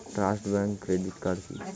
Trust bank credit card কি?